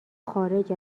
خارج